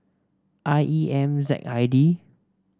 I E M Z I D